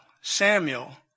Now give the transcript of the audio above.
Samuel